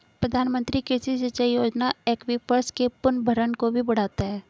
प्रधानमंत्री कृषि सिंचाई योजना एक्वीफर्स के पुनर्भरण को भी बढ़ाता है